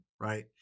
right